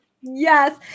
Yes